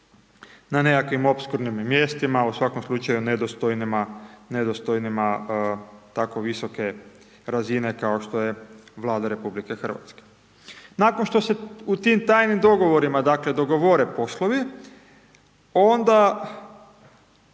na nekakvim opskrbnim mjestima, u svakom slučaju nedostojnima tako visoke razine kao što je Vlada RH. Nakon što se u tim tajnim dogovorima, dakle dogovore poslovi onda